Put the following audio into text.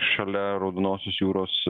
šalia raudonosios jūros